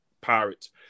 pirates